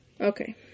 Okay